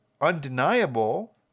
undeniable